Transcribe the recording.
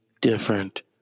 different